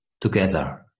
together